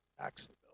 Jacksonville